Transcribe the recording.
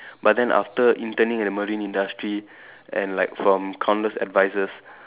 but then after interning in marine industry and like from countless advices